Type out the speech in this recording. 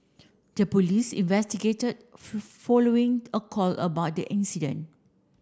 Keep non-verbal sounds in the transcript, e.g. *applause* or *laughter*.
the police investigated *unintelligible* following a call about the incident